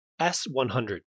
S100